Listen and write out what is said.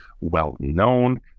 well-known